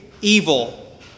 evil